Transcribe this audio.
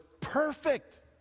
perfect